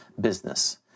business